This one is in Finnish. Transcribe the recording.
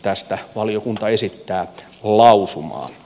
tästä valiokunta esittää lausumaa